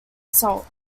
salt